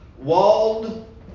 walled